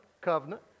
covenant